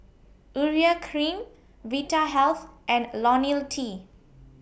Urea Cream Vitahealth and Ionil T